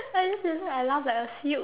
!aiyo! seriously I laugh like a seal